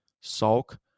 sulk